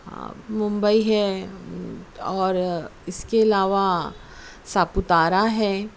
ممبئی ہے اور اس کے علاوہ ساپوتارہ ہے